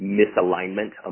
misalignment